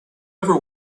ever